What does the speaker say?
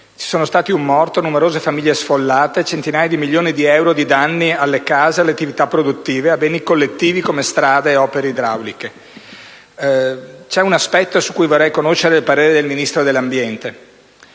Ci sono stati un morto, numerose famiglie sfollate, centinaia di milioni di euro di danni alle case, alle attività produttive e a beni collettivi come strade e opere idrauliche. C'è un aspetto su cui vorrei conoscere il parere del Ministro dell'ambiente.